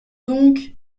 donc